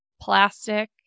plastic